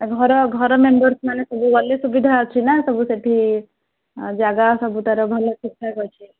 ଆଉ ଘର ଘର ମେମ୍ବର୍ମାନେ ସବୁ ଗଲେ ସୁବିଧା ଅଛି ନା ସବୁ ସେଇଠି ଜାଗା ସବୁ ତା'ର ଭଲ ଠିକ୍ଠାକ୍ ଅଛି